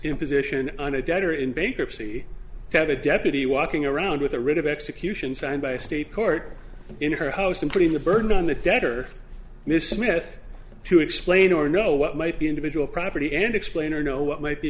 imposition on a debtor in bankruptcy to have a deputy walking around with a writ of execution signed by a state court in her house and putting the burden on the debtor miss smith to explain or know what might be individual property and explain or know what might be